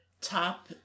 top